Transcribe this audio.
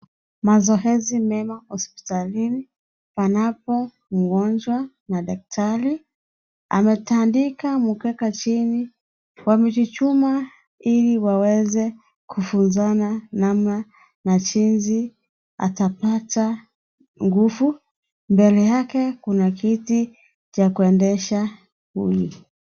Mazoezi mema, hosipitalini. Panapo mgonjwa na daktari. Ametandika mkeka chini kwa miti chuma, ili waweze kufunzana namna na jinsi atapata nguvu. Mbele yake, kuna kiti cha kuendesha huyu.